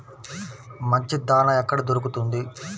మంచి దాణా ఎక్కడ దొరుకుతుంది?